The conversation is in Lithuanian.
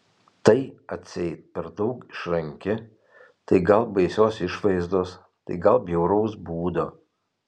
tai atseit per daug išranki tai gal baisios išvaizdos tai gal bjauraus būdo